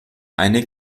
eine